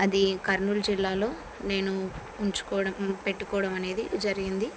అది కర్నూలు జిల్లాలో నేను ఉంచుకోవడం పెట్టుకోవడం అనేది జరిగింది